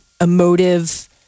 emotive